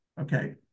okay